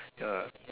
ya